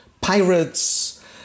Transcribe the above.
pirates